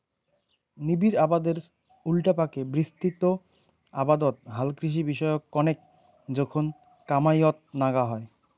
নিবিড় আবাদের উল্টাপাকে বিস্তৃত আবাদত হালকৃষি বিষয়ক কণেক জোখন কামাইয়ত নাগা হই